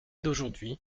d’aujourd’hui